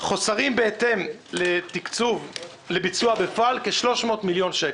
- חוסרים בהתאם לתקצוב לביצוע בפועל כ-300 מיליון שקלים.